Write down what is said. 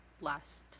last